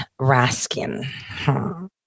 Raskin